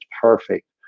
perfect